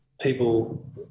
people